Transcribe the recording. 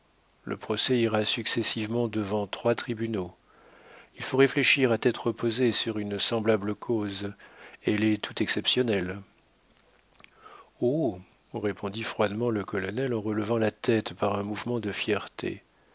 le procès ira successivement devant trois tribunaux il faut réfléchir à tête reposée sur une semblable cause elle est tout exceptionnelle oh répondit froidement le colonel en relevant la tête par un mouvement de fierté